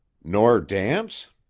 nor dance?